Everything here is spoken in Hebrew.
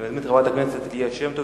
אני מזמין את חברת הכנסת ליה שמטוב,